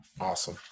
Awesome